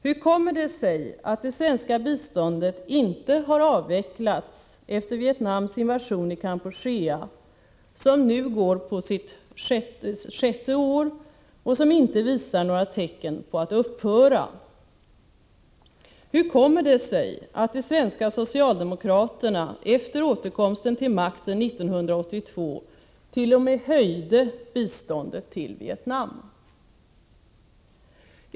Hur kommer det sig att det svenska biståndet inte har avvecklats efter Vietnams invasion i Kampuchea, som nu går på sitt sjätte år och som inte visar några tecken på att upphöra? Hur kommer det sig att de svenska socialdemokraterna efter återkomsten till makten 1982 t.o.m. höjde biståndet till Vietnam?